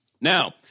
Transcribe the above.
Now